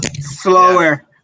slower